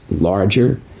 larger